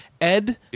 Ed